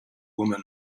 woman